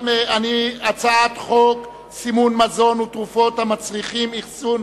הצעת חוק סימון מזון ותרופות המצריכים אחסון